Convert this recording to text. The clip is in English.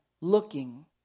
looking